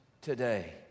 today